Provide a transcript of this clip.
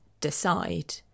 decide